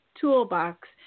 toolbox